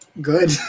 Good